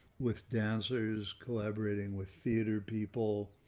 with dancers collaborating with theatre people